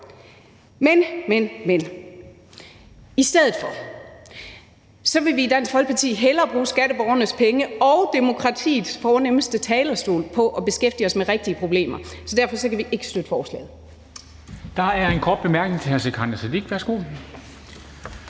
Men, men, men – i stedet vil vi i Dansk Folkeparti hellere bruge skatteborgernes penge og demokratiets fornemste talerstol på at beskæftige os med rigtige problemer, så derfor kan vi ikke støtte forslaget. Kl. 11:05 Formanden (Henrik Dam Kristensen):